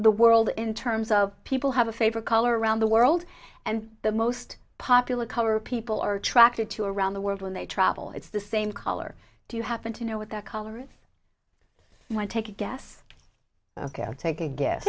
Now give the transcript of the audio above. the world in terms of people have a favorite color around the world and the most popular color people are attracted to around the world when they travel it's the same color do you happen to know what their color if i take a guess ok i'll take a guess